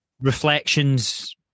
Reflections